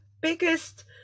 biggest